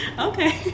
okay